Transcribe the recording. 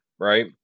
right